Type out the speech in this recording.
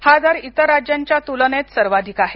हा दर इतर राज्यांच्या तुलनेत सर्वाधिक आहे